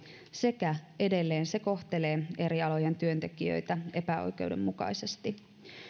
sekä edelleen se kohtelee eri alojen työntekijöitä epäoikeudenmukaisesti